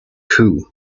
coup